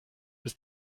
ist